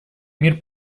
мир